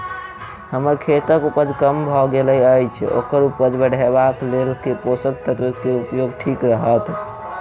हम्मर खेतक उपज कम भऽ गेल अछि ओकर उपज बढ़ेबाक लेल केँ पोसक तत्व केँ उपयोग ठीक रहत?